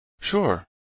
Sure